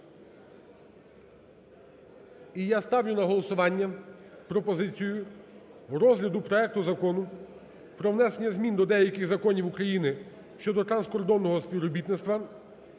І я ставлю на голосування пропозицію розгляду проекту Закону про внесення змін до деяких законів України щодо транскордонного співробітництва